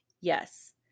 Yes